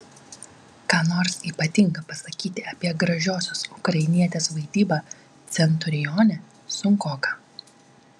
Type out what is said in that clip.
ką nors ypatinga pasakyti apie gražiosios ukrainietės vaidybą centurione sunkoka